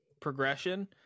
progression